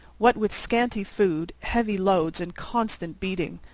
what with scanty food, heavy loads, and constant beating.